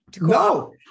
No